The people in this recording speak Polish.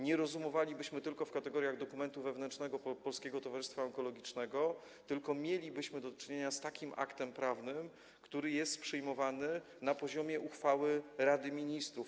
Nie rozumowalibyśmy tylko w kategoriach dokumentu wewnętrznego Polskiego Towarzystwa Onkologicznego, tylko mielibyśmy do czynienia z takim aktem prawnym, który jest przyjmowany na poziomie uchwały Rady Ministrów.